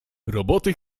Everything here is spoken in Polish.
roboty